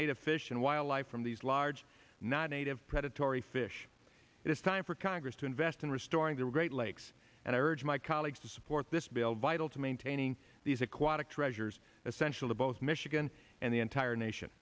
native fish and wildlife from these large not native predatory fish it is time for congress to invest in restoring their great lakes and i urge my colleagues to support this bill vital to maintaining the water treasures essential to both michigan and the entire nation